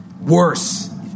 Worse